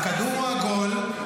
והכדור הוא לא עגול.